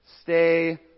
Stay